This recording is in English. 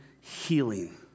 healing